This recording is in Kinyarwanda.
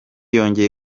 yongeye